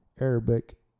Arabic